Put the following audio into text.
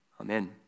Amen